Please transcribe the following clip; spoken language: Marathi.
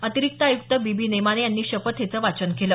अतिरिक्त आयुक्त बी बी नेमाने यांनी शपथेचं वाचन केलं